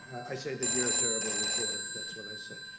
i say that you're a terrible reporter. that's what i say.